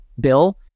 bill